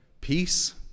Peace